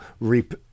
reap